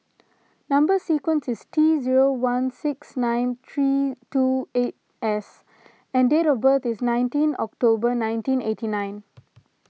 Number Sequence is T zero one six nine three two eight S and date of birth is nineteen October nineteen eighty nine